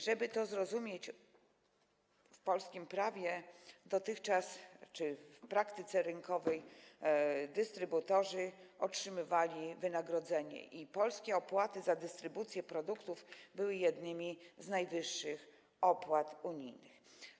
Żeby to zrozumieć: dotychczas w polskim prawie czy w praktyce rynkowej dystrybutorzy otrzymywali wynagrodzenie i polskie opłaty za dystrybucję produktów były jednymi z najwyższych opłat unijnych.